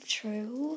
true